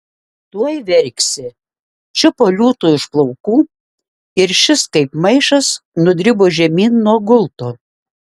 tuoj verksi čiupo liūtui už plaukų ir šis kaip maišas nudribo žemyn nuo gulto